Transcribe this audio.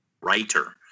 writer